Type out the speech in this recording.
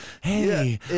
Hey